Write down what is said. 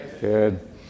Good